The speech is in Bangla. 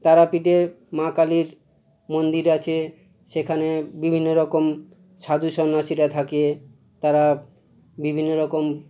তারাপীঠে মা কালীর মন্দির আছে সেখানে বিভিন্ন রকম সাধু সন্ন্যাসীরা থাকে তারা বিভিন্ন রকম